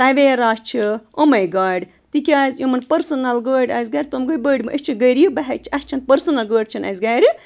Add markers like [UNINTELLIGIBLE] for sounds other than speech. تَویرا چھِ یِمَے گاڑِ تِکیٛازِ یِمَن پٔرسٕنَل گٲڑۍ آسہِ گَرِ تِم گٔے بٔڑۍ [UNINTELLIGIBLE] أسۍ چھِ غریٖب بہٕ ہیٚچہِ اَسہِ چھَنہٕ پٔرسٕنَل گٲڑۍ چھَنہٕ اَسہِ گَرِ